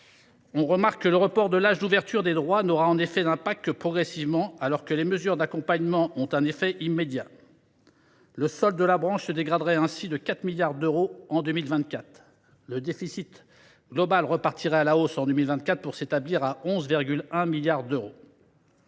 surpris. Le report de l’âge d’ouverture des droits ne produira que progressivement des effets, alors que les mesures d’accompagnement ont un résultat immédiat. Le solde de la branche se dégraderait ainsi de 4 milliards d’euros en 2024. Le déficit global repartirait à la hausse en 2024 pour s’établir à 11,1 milliards d’euros.